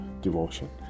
devotion